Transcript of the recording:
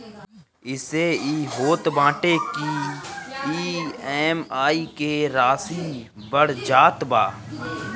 एसे इ होत बाटे की इ.एम.आई के राशी बढ़ जात बा